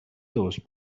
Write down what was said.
those